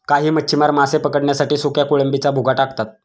काही मच्छीमार मासे पकडण्यासाठी सुक्या कोळंबीचा भुगा टाकतात